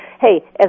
hey